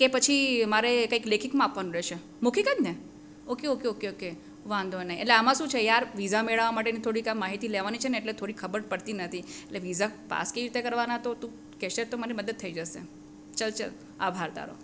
કે પછી મારે કંઈક લેખિતમાં આપવાનું રહેશે મૌખિક જ ને ઓકે ઓકે ઓકે ઓકે વાંધો નહીં એટલે એમાં શું છે યાર વિઝા મેળવવા માટેની થોડીક આ માહિતી લેવાની છે ને એટલી થોડીક ખબર પડતી નથી એટલે વિઝા પાસ કઈ રીતે કરવાના તો તું કહેશે તો મને મદદ થઈ જશે ચાલ ચાલ આભાર તારો